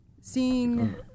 Seeing